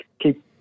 keep